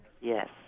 Yes